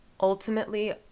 ultimately